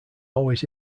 always